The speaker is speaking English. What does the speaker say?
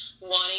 Wanting